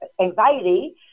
anxiety